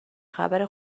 خبر